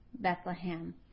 Bethlehem